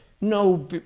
No